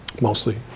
mostly